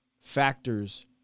factors